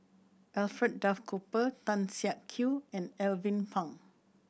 Alfred Duff Cooper Tan Siak Kew and Alvin Pang